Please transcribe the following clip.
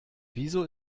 wieso